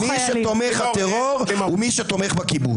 מי שתומך טרור הוא מי שתומך בכיבוש.